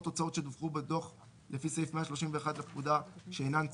הוצאות שדווחו בדוח לפי סעיף 131 לפקודה שאינן תשומות,"